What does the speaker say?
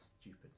stupid